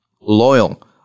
loyal